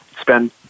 spend